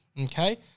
Okay